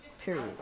Period